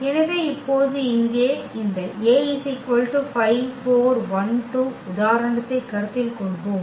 எனவே இப்போது இங்கே இந்த உதாரணத்தை கருத்தில் கொள்வோம்